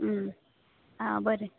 आ बरें